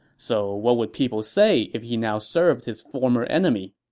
so what would people say if he now served his former enemy?